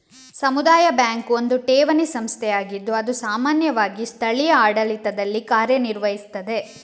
ಸಮುದಾಯ ಬ್ಯಾಂಕು ಒಂದು ಠೇವಣಿ ಸಂಸ್ಥೆಯಾಗಿದ್ದು ಅದು ಸಾಮಾನ್ಯವಾಗಿ ಸ್ಥಳೀಯ ಆಡಳಿತದಲ್ಲಿ ಕಾರ್ಯ ನಿರ್ವಹಿಸ್ತದೆ